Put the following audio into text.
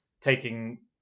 taking